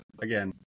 again